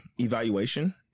evaluation